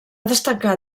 destacar